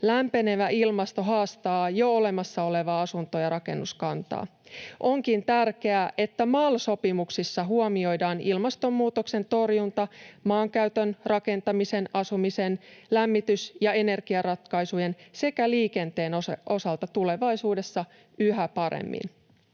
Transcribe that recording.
Lämpenevä ilmasto haastaa jo olemassa olevaa asunto- ja rakennuskantaa. Onkin tärkeää, että MAL-sopimuksissa huomioidaan ilmastonmuutoksen torjunta maankäytön, rakentamisen, asumisen lämmitys- ja energiaratkaisujen sekä liikenteen osalta tulevaisuudessa yhä paremmin.